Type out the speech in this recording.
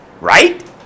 right